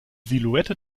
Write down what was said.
silhouette